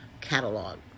catalog